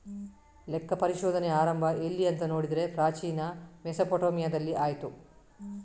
ಲೆಕ್ಕ ಪರಿಶೋಧನೆಯ ಆರಂಭ ಎಲ್ಲಿ ಅಂತ ನೋಡಿದ್ರೆ ಪ್ರಾಚೀನ ಮೆಸೊಪಟ್ಯಾಮಿಯಾದಲ್ಲಿ ಆಯ್ತು